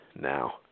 now